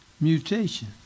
mutation